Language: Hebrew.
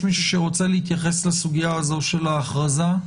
שרוצה להתייחס לסוגיה הזו של ההכרזה?